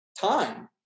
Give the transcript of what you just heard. time